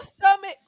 stomach